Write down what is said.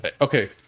Okay